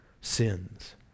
sins